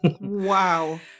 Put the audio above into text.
Wow